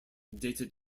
dated